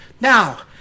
Now